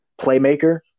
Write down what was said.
Playmaker